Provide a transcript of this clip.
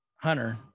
hunter